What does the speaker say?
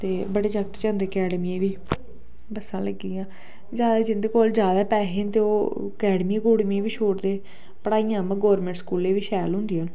ते बड़े जागत जंदे अकैडमिएं बी बस्सां लग्गी दियां जैदा जिंदे कोल जैदा पैसे न ते ओह् अकैडमीयें अकुडमिएं बी छोड़दे पढ़ाइयां उ'आं गौरमैंट स्कूलें च बी शैल होंदी ऐ